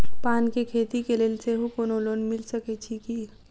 पान केँ खेती केँ लेल सेहो कोनो लोन मिल सकै छी की?